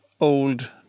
Old